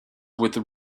with